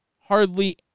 hardly